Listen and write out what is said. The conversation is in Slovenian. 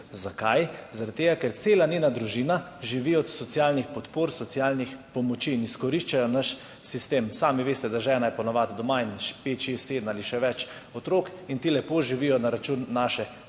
Zakaj? Zaradi tega ker cela družina živi od socialnih podpor, socialnih pomoči in izkoriščajo naš sistem. Sami veste, da je žena po navadi doma, in pet, šest, sedem ali še več otrok, in ti lepo živijo na račun naše države.